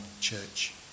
church